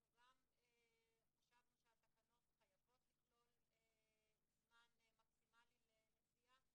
אנחנו גם חשבנו שהתקנות חייבות לכלול זמן מקסימלי לנסיעה.